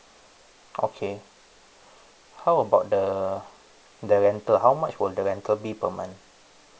okay how about the the rental how much will the rental be per month